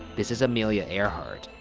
this is amelia earhart,